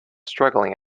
struggling